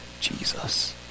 Jesus